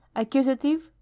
accusative